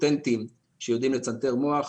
שיודעים לצנתר מוח,